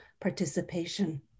participation